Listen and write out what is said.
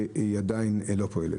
והיא עדיין לא פועלת.